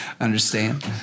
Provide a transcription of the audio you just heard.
understand